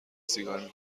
سیگار